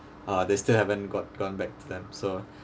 uh they still haven't got gone back to them so